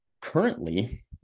currently